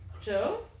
Joe